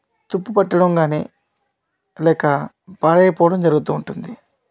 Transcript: తుప్పు పట్టడం కానీ లేక పాడైపోవడం జరుగుతూ ఉంటుంది